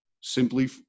simply